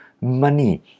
money